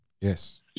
Yes